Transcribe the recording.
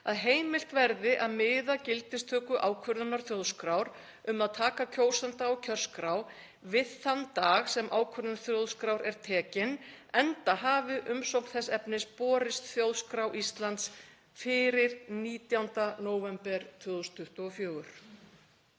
að heimilt verði að miða gildistöku ákvörðunar þjóðskrár um að taka kjósanda á kjörskrá við þann dag sem ákvörðun þjóðskrár er tekin enda hafi umsókn þess efnis borist Þjóðskrá Íslands fyrir 19. nóvember 2024.